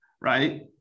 right